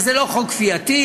וזה לא חוק כפייתי,